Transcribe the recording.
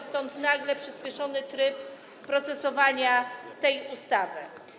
Stąd nagle przyspieszony tryb procedowania nad tą ustawą.